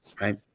right